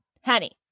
Honey